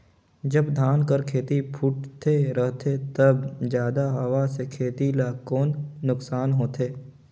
जब धान कर खेती फुटथे रहथे तब जादा हवा से खेती ला कौन नुकसान होथे?